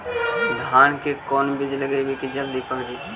धान के कोन बिज लगईयै कि जल्दी पक जाए?